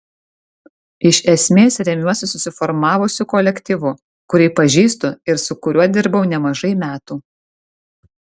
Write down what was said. iš esmės remiuosi susiformavusiu kolektyvu kurį pažįstu ir su kuriuo dirbau nemažai metų